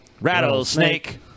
Rattlesnake